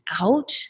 out